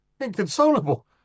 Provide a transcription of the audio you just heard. Inconsolable